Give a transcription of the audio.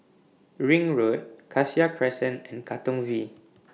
Ring Road Cassia Crescent and Katong V